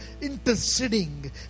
interceding